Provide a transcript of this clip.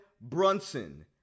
Brunson